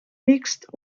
mixte